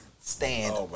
stand